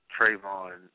Trayvon